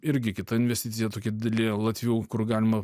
irgi kita investicija tokia didelė latvių kur galima